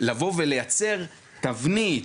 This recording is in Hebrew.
לבוא ולייצר תבנית,